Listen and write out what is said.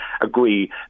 agree